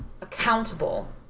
accountable